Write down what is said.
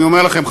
אני אומר לכם,